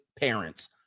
parents